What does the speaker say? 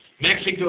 Mexico